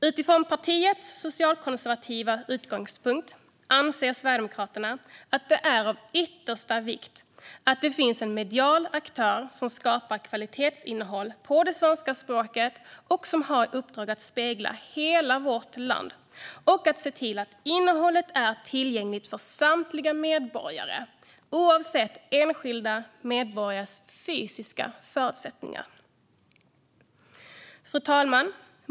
Utifrån sin socialkonservativa utgångspunkt anser Sverigedemokraterna att det är av yttersta vikt att det finns en medial aktör som skapar kvalitetsinnehåll på svenska språket och som har i uppdrag att spegla hela vårt land och se till att innehållet är tillgängligt för samtliga medborgare, oavsett enskilda medborgares fysiska förutsättningar. Fru talman!